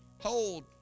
hold